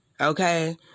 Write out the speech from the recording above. okay